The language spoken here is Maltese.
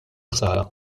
ħsara